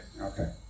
Okay